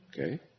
Okay